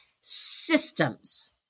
Systems